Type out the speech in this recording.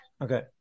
Okay